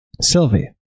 Sylvie